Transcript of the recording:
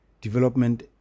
development